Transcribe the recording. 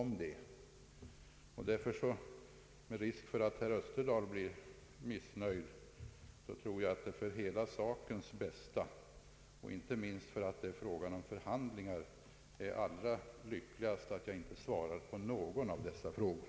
Med risk för att herr Österdahl blir missnöjd tror jag att det för sakens bästa — inte minst för att det rör förhandlingar — är allra lyckligast att jag inte svarar på någon av dessa frågor.